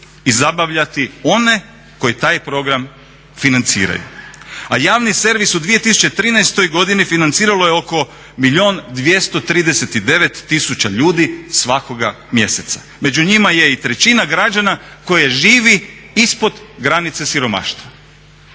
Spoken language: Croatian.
i zabavljati one koji taj program financiraju. A javni servis u 2013. godini financiralo je oko 1 milijun 239 tisuća ljudi svakoga mjeseca. Među njima je i trećina građana koji živi ispod granice siromaštva.